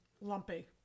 lumpy